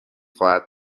خواهد